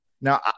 Now